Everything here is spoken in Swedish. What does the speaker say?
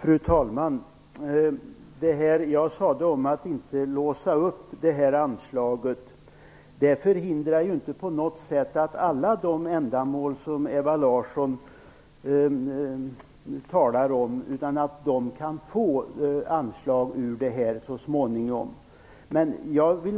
Fru talman! Det som jag sade om att inte låsa detta anslag förhindrar inte på något sätt att anslag så småningen kan utgå till alla de ändamål som Ewa Larsson talar om. Jag